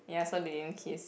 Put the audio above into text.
ya so they didn't kiss